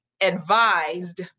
advised